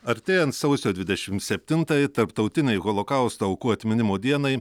artėjant sausio dvidešim septintajai tarptautinei holokausto aukų atminimo dienai